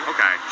Okay